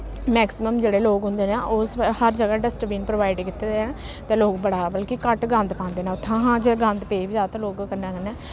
maximum जेह्ड़े लोक होंदे न ओह् हर ज'गा डस्टबिन प्रोवाइड कीते दे न ते लोक बड़ा मतलब कि घट्ट गंद पांदे न हां ते जे गंद पेई बी जाऽ ते लोक कन्नै कन्नै